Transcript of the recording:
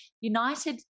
United